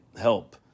help